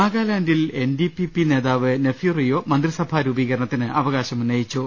നാഗാലാന്റിൽ N D P P നേതാവ് നെഫ്യുറിയോ മന്ത്രിസഭാ രൂപീകരണത്തിന് അവകാശമുന്നയിച്ചു